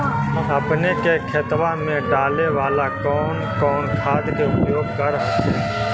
अपने के खेतबा मे डाले बाला कौन कौन खाद के उपयोग कर हखिन?